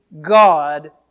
God